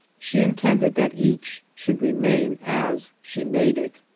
she intended that each should remain as she made it.